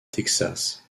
texas